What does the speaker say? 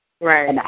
Right